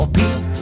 peace